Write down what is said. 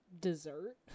dessert